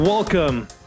Welcome